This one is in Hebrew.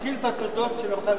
תתחיל בתודות, שנוכל להצביע.